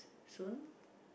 soon